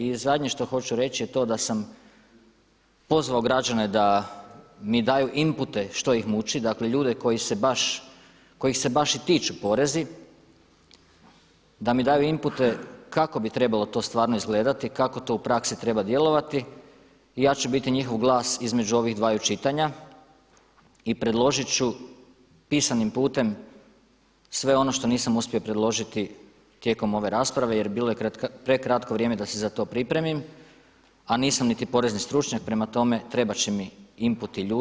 I zadnje što hoću reći je to da sam pozvao građane da mi daju inpute što ih muči, dakle ljude koji se baš, kojih se baš i tiču porezi, da mi daju inpute kako bi trebalo to stvarno izgledati, kako to u praksi treba djelovati i ja ću biti njihov glas između ovih dvaju čitanja i predložiti ću pisanim putem sve ono što nisam uspio predložiti tijekom ove rasprave jer je bilo je prekratko vrijeme da se za to pripremim, a nisam niti porezni stručnjak, prema tome trebati će mi inputi ljudi koji se u to razumiju.